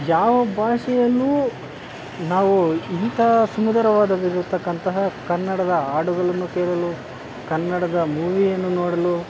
ಯಾವ ಭಾಷೆಯಲ್ಲೂ ನಾವು ಇಂತಹ ಸುಂದರವಾದ ಇರ್ತಕ್ಕಂತಹ ಕನ್ನಡದ ಹಾಡುಗಳನ್ನು ಕೇಳಲು ಕನ್ನಡದ ಮೂವಿಯನ್ನು ನೋಡಲು